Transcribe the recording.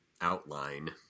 outline